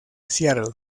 seattle